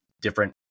different